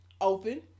Open